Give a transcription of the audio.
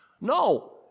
No